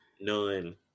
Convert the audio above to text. None